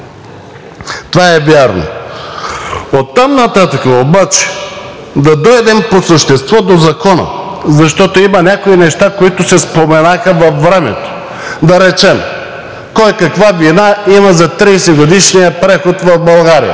Това е вярно. Оттам нататък обаче да дойдем по същество до Закона, защото има някои неща, които се споменаха във времето. Да речем, кой каква вина има за 30-годишния преход в България.